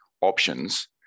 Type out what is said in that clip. options